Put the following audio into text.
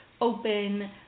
open